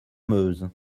meuse